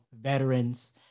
veterans